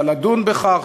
לדון בכך.